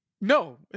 No